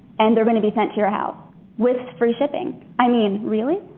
and they're going to be sent to your house with free shipping. i mean, really?